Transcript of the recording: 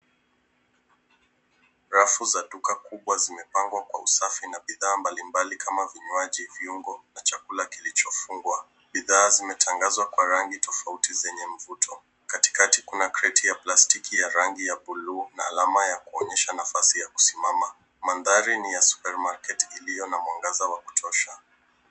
Rafu za duka kubwa zimepangwa kwa usafi na bidhaa mbali mbali kama vinywaji viungo na chakula kilicho fungwa. Bidhaa zimetangaswa kwa rangi tafauti zenye mvuto. Katikati kuna kredi ya plastiki ya rangi ya bluu na alama ya kuonyesha nafasi ya kusimama. Maandari ni ya Supermarket ilio na mwangaza wa kutosha.